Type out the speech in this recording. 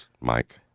Mike